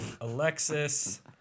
Alexis